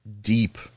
deep